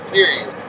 Period